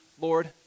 Lord